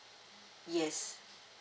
yes